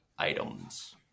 Items